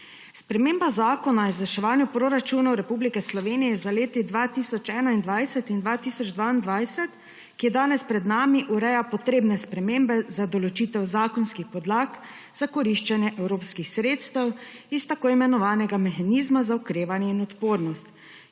Sprememba Zakona o izvrševanju proračunov Republike Slovenije za leti 2021 in 2022, ki je danes pred nami, ureja potrebne spremembe za določitev zakonskih podlag za koriščenje evropskih sredstev iz tako imenovanega mehanizma za okrevanje in odpornost,